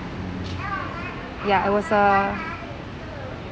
ya it was uh